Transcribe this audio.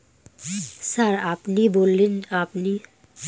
Sir আপনি যে বললেন সিবিল চেকিং সেই সিবিল চেকিং মানে কি?